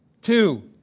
Two